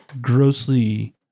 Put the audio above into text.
grossly